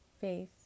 faith